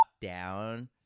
down